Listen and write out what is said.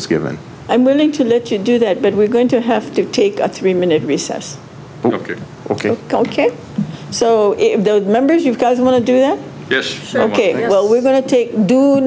was given i'm willing to let you do that but we're going to have to take a three minute recess ok ok ok so those members you guys want to do that ok well we're going to take